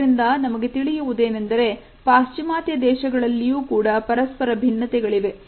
ಇದರಿಂದ ನಮಗೆ ತಿಳಿಯುವುದೇನೆಂದರೆ ಪಾಶ್ಚಿಮಾತ್ಯ ದೇಶಗಳಲ್ಲಿಯೂ ಕೂಡ ಪರಸ್ಪರ ಭಿನ್ನತೆಗಳಿವೆ